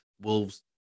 Wolves